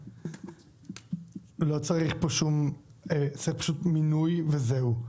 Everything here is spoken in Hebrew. צריך פשוט מינוי וזהו.